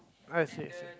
I see